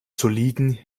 soliden